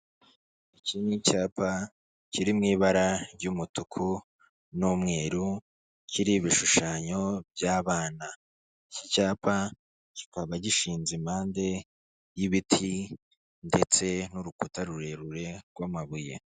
Iki n'icyapa kiri mu ibara ry'umutuku n'umweru, kiriho ibishushanyo by'abana, iki cyapa kikaba gishinze impande y'ibiti ndetse n'urukuta rurerure rw'amabuye.